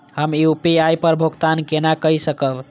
हम यू.पी.आई पर भुगतान केना कई सकब?